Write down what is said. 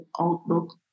outlook